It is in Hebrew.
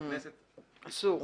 אסור.